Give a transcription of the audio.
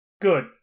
Good